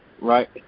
right